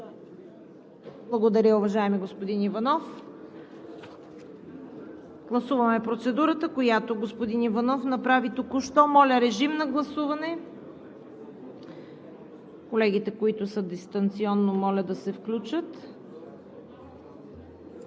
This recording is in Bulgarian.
Благодаря, уважаеми господин Иванов. Гласуваме процедурата, която господин Иванов направи току що. Колегите, които са дистанционно, моля да се включат.